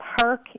park